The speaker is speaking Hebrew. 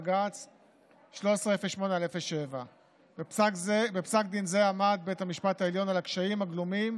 בג"ץ 1308/07. בפסק דין זה עמד בית המשפט העליון על הקשיים הגלומים